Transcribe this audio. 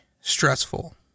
stressful